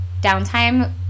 downtime